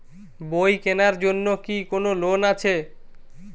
বই কেনার জন্য কি কোন লোন আছে?